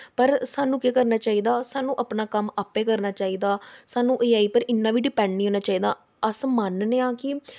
पर सानूं केह् करना चाहिदा सानूं अपना कम्म आपूं करना चाहिदा सानूं ए आई पर इन्ना बी डिपैंड निं होना चाहिदा अस मनन्ने आं कि